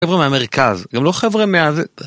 חבר'ה מהמרכז, גם לא חבר'ה מהז...